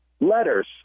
letters